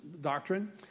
doctrine